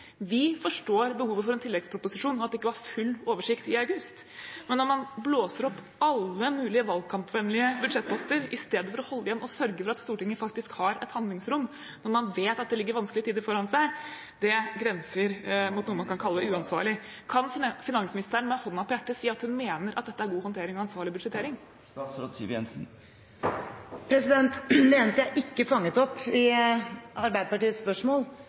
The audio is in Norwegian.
Vi forstår behovet for en tilleggsproposisjon og at det ikke var full oversikt i august, men når man blåser opp alle mulige valgkampvennlige budsjettposter i stedet for å holde igjen og sørge for at Stortinget faktisk har et handlingsrom, og når man vet at det ligger vanskelige tider foran oss, grenser det til hva man kan kalle uansvarlig. Kan finansministeren med hånden på hjertet si at hun mener at dette er god håndtering og ansvarlig budsjettering? Det eneste jeg ikke fanget opp i Arbeiderpartiets spørsmål,